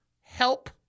help